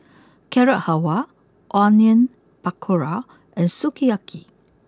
Carrot Halwa Onion Pakora and Sukiyaki